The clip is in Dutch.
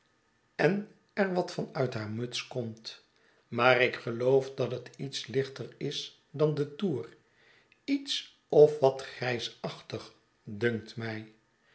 en er wat van uit haar muts komt maar ik geloof dat het iets lichter is dan de toer iets of wat grijsachtig dunkt mij